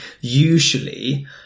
usually